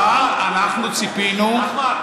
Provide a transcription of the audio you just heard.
אבל, אנחנו ציפינו, נחמן.